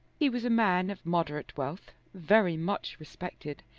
he was a man of moderate wealth, very much respected,